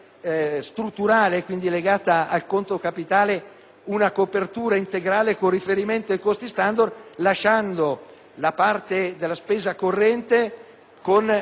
una copertura integrale con riferimento ai costi standard, lasciando la parte della spesa corrente con la perequazione della capacità fiscale.